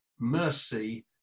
mercy